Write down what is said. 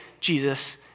Jesus